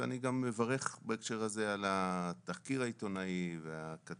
אני גם מברך בהקשר הזה על התחקיר העיתונאי והכתבות